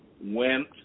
went